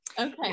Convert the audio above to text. Okay